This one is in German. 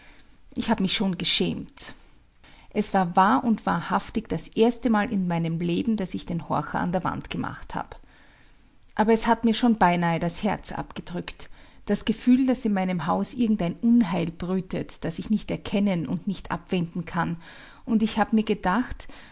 ich hab mich schon geschämt es war wahr und wahrhaftig das erstemal in meinem leben daß ich den horcher an der wand gemacht hab aber es hat mir schon beinahe das herz abgedrückt das gefühl daß in meinem haus irgendein unheil brütet das ich nicht erkennen und nicht abwenden kann und ich hab mir gedacht